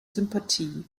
sympathie